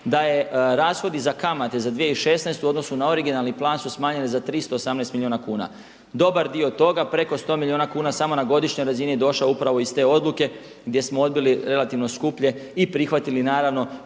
da je rashodi za kamate za 2016. u odnosu na originalni plan su smanjene za 318 milijuna kuna. Dobar dio toga preko 100 milijuna kuna samo na godišnjoj razini je došao upravo iz te odluke gdje smo odbili relativno skuplje i prihvatili naravno